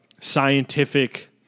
scientific